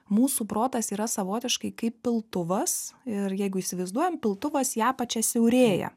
mūsų protas yra savotiškai kaip piltuvas ir jeigu įsivaizduojam piltuvas į apačią siaurėja